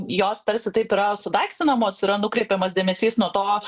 jos tarsi taip yra sudaiktinamos yra nukreipiamas dėmesys nuo to